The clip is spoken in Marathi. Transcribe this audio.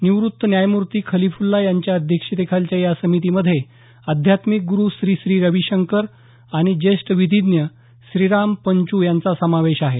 निवृत्त न्यायमूर्ती खलिफुल्ला यांच्या अध्यक्षतेखालच्या या समितीमध्ये आध्यात्मिक गुरु श्री श्री रविशंकर आणि ज्येष्ठ विधीज्ञ श्रीराम पंचू यांचा समावेश आहे